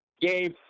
Gabe